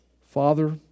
Father